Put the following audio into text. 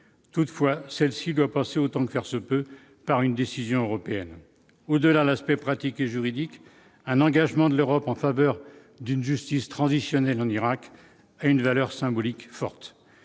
toutefois, celle-ci doit passer autant que faire se peut, par une décision européenne au-delà l'aspect pratique et juridique, un engagement de l'Europe en faveur d'une justice transitionnelle en Irak, a une valeur symbolique forte,